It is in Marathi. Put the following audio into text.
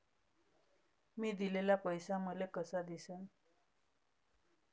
मी दिलेला पैसा मले कसा दिसन?